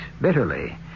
bitterly